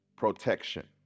protection